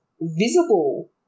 visible